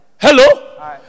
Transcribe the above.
Hello